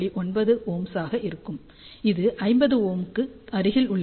9 Ω ஆக வரும் இது 50 Ω க்கு அருகில் உள்ளது